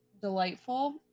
delightful